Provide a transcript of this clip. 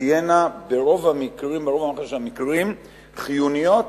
תהיינה ברוב המכריע של המקרים חיוניות